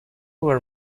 were